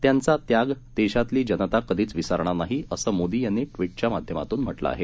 त्यांचा त्याग देशातली जनता कधीच विसरणार नाही असं मोदी यांनी ट्विटच्या माध्यमातून म्हटलं आहे